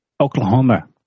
Oklahoma